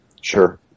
Sure